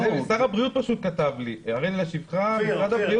שר הבריאות כתב לי: "הריני להשיבך כי משרד הבריאות